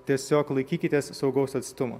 tiesiog laikykitės saugaus atstumo